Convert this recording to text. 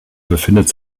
befindet